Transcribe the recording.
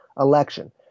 election